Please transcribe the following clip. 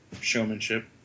Showmanship